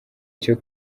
cyo